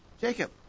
Jacob